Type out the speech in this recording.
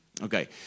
Okay